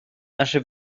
nasze